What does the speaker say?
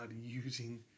using